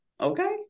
okay